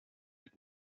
tied